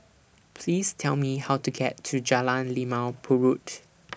Please Tell Me How to get to Jalan Limau Purut